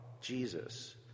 Jesus